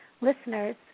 listeners